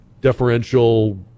deferential